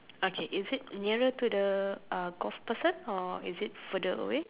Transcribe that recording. okay is it nearer to the uh golf person or is it further away